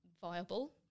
viable